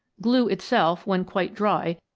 glue itself, when quite dry,